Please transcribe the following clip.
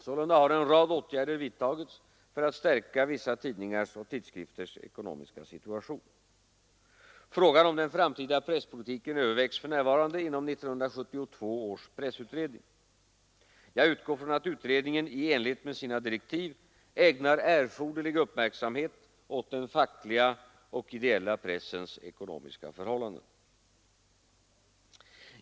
Sålunda har en rad åtgärder vidtagits för att stärka vissa tidningars och tidskrifters ekonomiska situation. Frågan om den framtida presspolitiken övervägs för närvarande inom 1972 års pressutredning. Jag utgår från att utredningen i enlighet med sina direktiv ägnar erforderlig uppmärksamhet åt den fackliga och ideella pressens ekonomiska förhållanden.